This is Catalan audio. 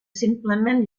simplement